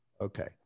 Okay